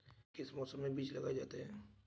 किस मौसम में बीज लगाए जाते हैं?